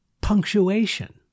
punctuation